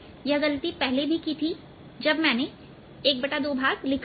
यह गलती पहले की थी जब मैंने ½ भाग लिखा था